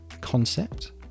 concept